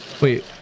wait